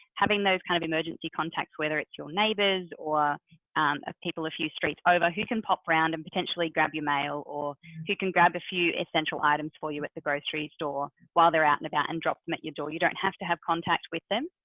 having those kind of emergency contacts, whether it's your neighbors or um people a few streets over who can pop and potentially grab your mail or you can grab a few essential items for you at the grocery store, while they're out and about and drop them at your door, you don't have to have contact with them,